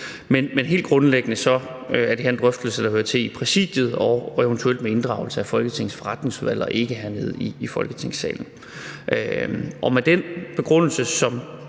Men helt grundlæggende er det her en drøftelse, der hører til i Præsidiet, eventuelt med inddragelse af Udvalget for Forretningsordenen, og ikke hernede i Folketingssalen. Så med denne begrundelse